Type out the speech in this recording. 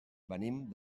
venim